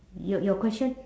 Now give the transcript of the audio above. your your question